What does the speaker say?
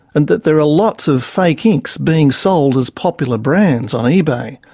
and that there are lots of fake inks being sold as popular brands on ebay.